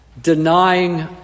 denying